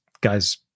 guys